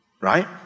right